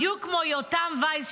בדיוק כמו יותם וייס,